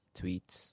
tweets